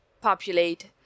populate